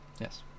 Yes